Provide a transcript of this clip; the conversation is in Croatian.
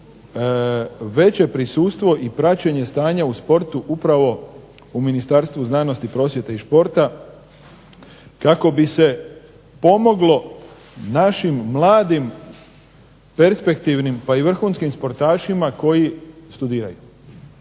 veće prisustvo i praćenje stanja u sportu upravo u Ministarstvu znanosti, prosvjete i športa, kako bi se pomoglo našim mladim perspektivnim, pa i vrhunskim sportašima koji studiraju.